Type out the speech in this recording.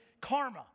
karma